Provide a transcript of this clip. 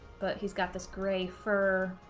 but he's got this gray fur